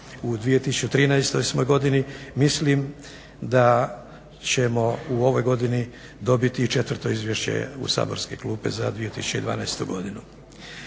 u 2013.godini mislim da ćemo u ovoj godini dobiti i 4.izvješće u saborske klupe za 2011.godinu.